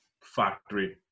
factory